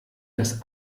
das